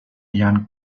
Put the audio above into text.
young